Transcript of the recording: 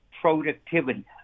productivity